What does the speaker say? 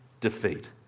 defeat